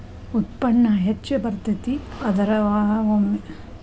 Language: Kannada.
ಉತ್ಪನ್ನಾ ಹೆಚ್ಚ ಬರತತಿ, ಆದರ ಒಮ್ಮೆ ಲಾಭಾನು ಆಗ್ಬಹುದು ನಷ್ಟಾನು ಆಗ್ಬಹುದು